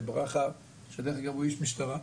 ברכה, שדרך אגב הוא איש משטרה.